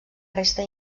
resta